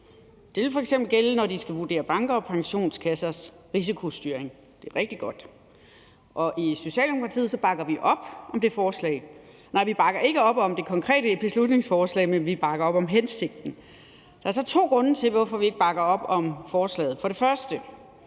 Det vil f.eks. gælde, når de skal vurdere banker og pensionskassers risikostyring – det er rigtig godt. I Socialdemokratiet bakker vi ikke op om det konkrete beslutningsforslag, men vi bakker op om hensigten. Der er så to grunde til, at vi ikke bakker op om